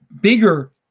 bigger